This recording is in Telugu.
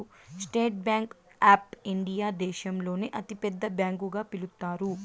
స్టేట్ బ్యాంక్ ఆప్ ఇండియా దేశంలోనే అతి పెద్ద బ్యాంకు గా పిలుత్తారు